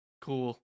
Cool